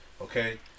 Okay